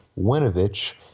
Winovich